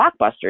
blockbusters